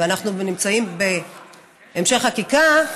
ואנחנו נמצאים בהמשך חקיקה,